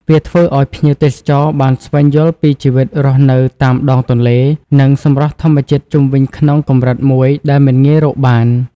វាធ្វើឱ្យភ្ញៀវទេសចរណ៍បានស្វែងយល់ពីជីវិតរស់នៅតាមដងទន្លេ និងសម្រស់ធម្មជាតិជុំវិញក្នុងកម្រិតមួយដែលមិនងាយរកបាន។